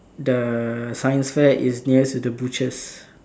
the science fair is nearest to the butchers